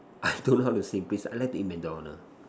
I don't know how to sing please I like to eat MacDonald